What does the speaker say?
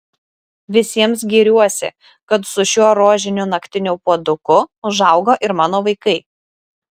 visiems giriuosi kad su šiuo rožiniu naktiniu puoduku užaugo ir mano vaikai